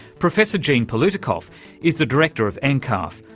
professor jean palutikof is the director of ah nccarf,